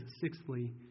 sixthly